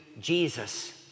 Jesus